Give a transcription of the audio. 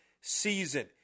season